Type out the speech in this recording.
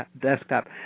desktop